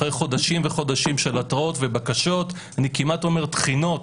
אחרי חודשים וחודשים של התראות ובקשות - אני כמעט אומר תחינות